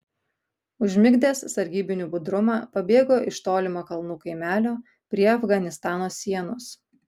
užmigdęs sargybinių budrumą pabėgo iš tolimo kalnų kaimelio prie afganistano sienos